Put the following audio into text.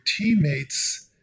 teammates